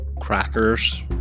crackers